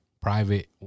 private